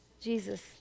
Jesus